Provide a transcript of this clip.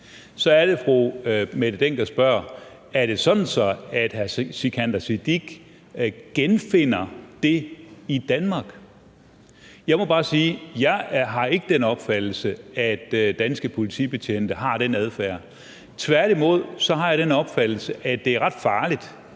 Så er det, at fru Mette Dencker spørger: Er sådan, at hr. Sikandar Siddique genfinder det i Danmark? Jeg kunne Jeg må bare sige, at jeg ikke har den opfattelse, at danske politibetjente har den adfærd. Tværtimod har jeg den opfattelse, at det er ret farligt,